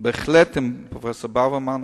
בהחלט עם פרופסור ברוורמן,